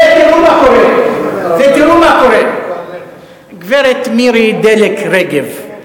ותראו מה קורה, גברת מירי דלק רגב,